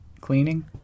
cleaning